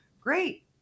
Great